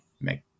make